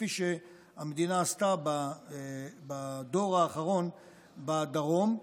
כפי שהמדינה עשתה בדור האחרון בדרום.